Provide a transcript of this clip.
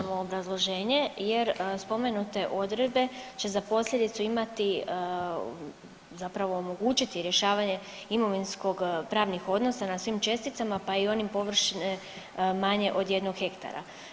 Ne prihvaćamo obrazloženje jer spomenute odredbe će za posljedicu imati, zapravo omogućiti rješavanje imovinsko-pravnih odnosa na svim česticama, pa i onih površine manje od 1 hektara.